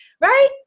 Right